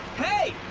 hey!